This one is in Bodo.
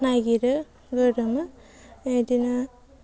नागिरो गोरोमो बिदिनो